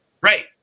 Right